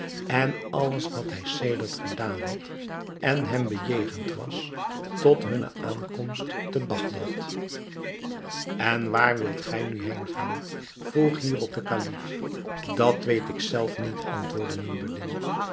en alles wat hij sedert gedaan had en hem bejegend was tot hunne aankomst te bagdad en waar wilt gij nu heen gaan vroeg hierop de kalif dat weet ik zelf niet antwoordde noureddin